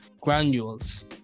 granules